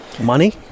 money